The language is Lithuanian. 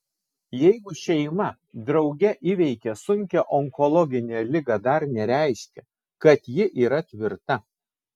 jeigu šeima drauge įveikė sunkią onkologinę ligą dar nereiškia kad ji yra tvirta